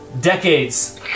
decades